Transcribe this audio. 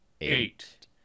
eight